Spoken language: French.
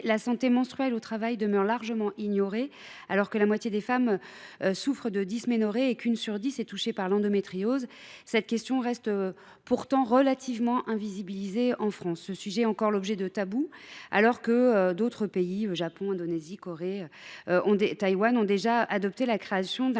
la santé menstruelle au travail demeure largement ignorée. Alors que la moitié des femmes souffrent de dysménorrhée et qu’une sur dix est touchée par l’endométriose, cette question demeure relativement invisibilisée en France. Ce sujet est encore l’objet d’un tabou dans notre pays, alors que le Japon, l’Indonésie, la Corée du Sud ou Taïwan ont déjà adopté la création d’un